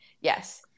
Yes